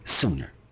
sooner